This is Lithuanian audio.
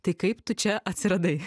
tai kaip tu čia atsiradai